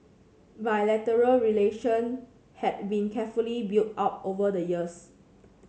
bilateral relation had been carefully built up over the years